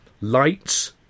Lights